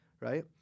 right